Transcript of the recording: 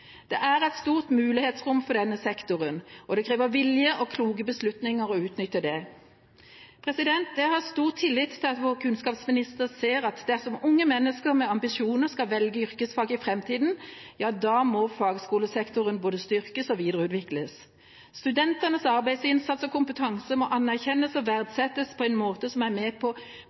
Det er et stort mulighetsrom for denne sektoren, og det krever vilje og kloke beslutninger for å utnytte det. Jeg har stor tillit til at vår kunnskapsminister ser at dersom unge mennesker med ambisjoner skal velge yrkesfag i framtida, må fagskolesektoren både styrkes og videreutvikles. Studentenes arbeidsinnsats og kompetanse må anerkjennes og verdsettes på en måte som er med på